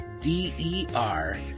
D-E-R